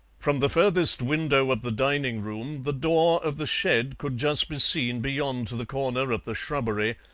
from the furthest window of the dining-room the door of the shed could just be seen beyond the corner of the shrubbery,